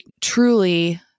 truly